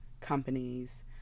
companies